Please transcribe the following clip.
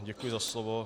Děkuji za slovo.